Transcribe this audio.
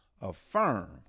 affirm